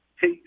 Hey